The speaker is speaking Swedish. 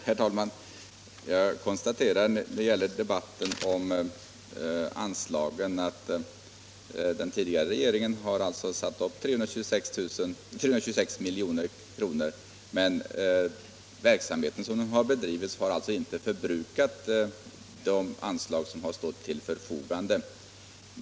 Herr talman! När det gäller anslagen konstaterar jag att den tidigare regeringen anvisade 326 miljoner men att den verksamhet som bedrivits inte har förbrukat de anslag som stått till förfogande.